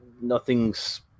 nothing's